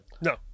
no